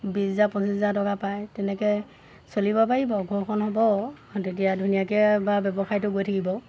বিশ হেজাৰ পঁচিছ হাজাৰ টকা পাই তেনেকৈ চলিব পাৰিব ঘৰখন হ'ব তেতিয়া ধুনীয়াকৈ বা ব্যৱসায়টো গৈ থাকিব